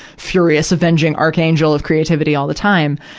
furious avenging archangel of creativity all the time.